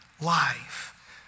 life